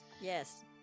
yes